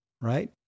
right